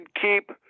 keep